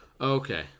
Okay